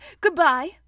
Goodbye